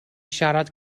siarad